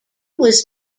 was